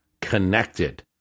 connected